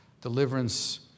Deliverance